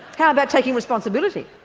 how about taking responsibility?